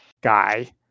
guy